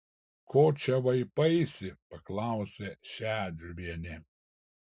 ko čia vaipaisi paklausė šedžiuvienė